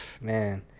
Man